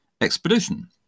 expedition